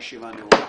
הישיבה נעולה.